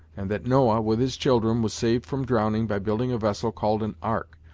and that noah, with his children, was saved from drowning by building a vessel called an ark,